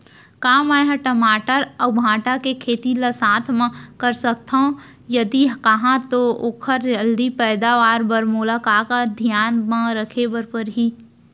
का मै ह टमाटर अऊ भांटा के खेती ला साथ मा कर सकथो, यदि कहाँ तो ओखर जलदी पैदावार बर मोला का का धियान मा रखे बर परही?